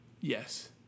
Yes